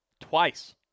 twice